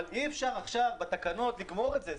אבל אי אפשר עכשיו בתקנות לגמור את זה.